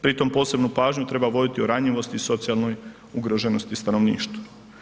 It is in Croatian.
Pri tome posebnu pažnju treba voditi o ranjivosti i socijalnoj ugroženosti stanovništva.